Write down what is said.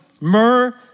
myrrh